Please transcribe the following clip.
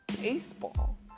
baseball